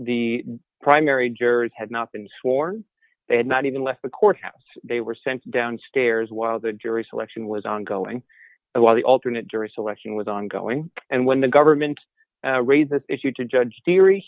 the primary jurors had not been sworn they had not even left the courthouse they were sent down stairs while the jury selection was ongoing while the alternate jury selection was ongoing and when the government raised the issue to judge theory